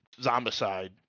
zombicide